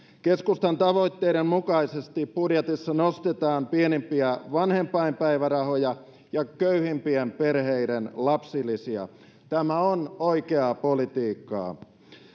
keskustan tavoitteiden mukaisesti budjetissa nostetaan pienimpiä vanhempainpäivärahoja ja köyhimpien perheiden lapsilisiä tämä on oikeaa politiikkaa